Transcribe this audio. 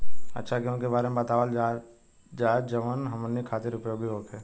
अच्छा गेहूँ के बारे में बतावल जाजवन हमनी ख़ातिर उपयोगी होखे?